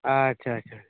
ᱟᱪᱪᱷᱟ ᱟᱪᱪᱷᱟ